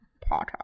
Potter